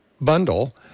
bundle